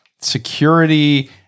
security